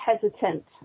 hesitant